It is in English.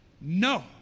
No